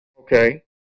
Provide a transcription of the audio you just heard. Okay